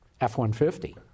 F-150